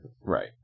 Right